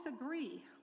agree